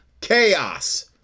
chaos